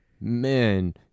man